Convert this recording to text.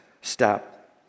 step